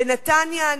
בנתניה העניים,